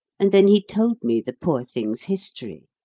and then he told me the poor thing's history.